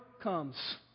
comes